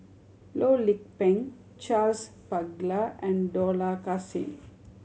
Loh Lik Peng Charles Paglar and Dollah Kassim